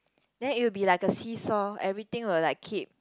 then it will be like a seesaw everything will like keep